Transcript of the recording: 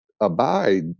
abide